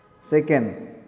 Second